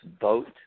vote